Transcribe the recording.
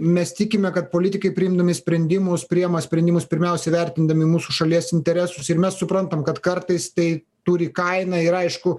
mes tikime kad politikai priimdami sprendimus priima sprendimus pirmiausia įvertindami mūsų šalies interesus ir mes suprantam kad kartais tai turi kainą ir aišku